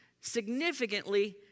significantly